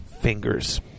fingers